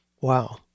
wow